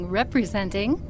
representing